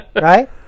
right